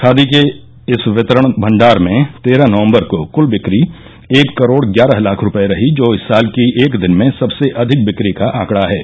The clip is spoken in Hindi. खादी के इस वितरण भंडार में तेरह नवंबर को कल बिक्री एक करोड ग्यारह लाख रुपये रही जो इस साल की एक दिन में सबसे अधिक बिक्री का आंकड़ा है